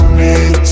need